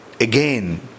again